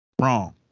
wrong